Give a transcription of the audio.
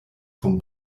vom